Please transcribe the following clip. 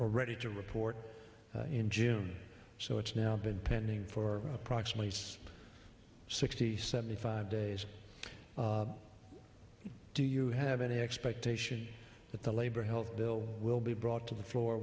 ready to report in june so it's now been pending for approximately sixty seventy five days do you have any expectation that the labor health bill will be brought to the floor